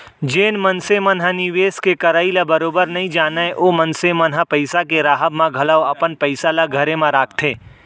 जेन मनसे मन ह निवेस के करई ल बरोबर नइ जानय ओ मनसे मन ह पइसा के राहब म घलौ अपन पइसा ल घरे म राखथे